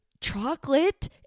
chocolate